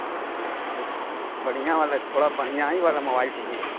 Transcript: اچھا بڑھیاں والا تھوڑا بڑھیاں ہی والا موبائل چاہیے